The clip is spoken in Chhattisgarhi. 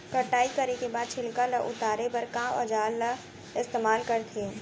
कटाई करे के बाद छिलका ल उतारे बर का औजार ल इस्तेमाल करथे?